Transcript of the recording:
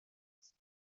خسته